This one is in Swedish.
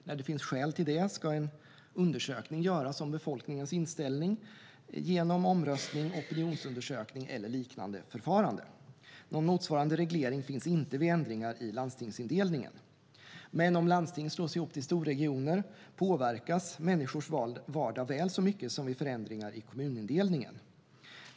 När det finns skäl till det ska en undersökning göras om befolkningens inställning genom omröstning, opinionsundersökning eller liknande förfarande. Någon motsvarande reglering finns inte vid ändringar i landstingsindelningen. Men om landsting slås ihop till storregioner påverkas människors vardag väl så mycket som vid förändringar i kommunindelningen.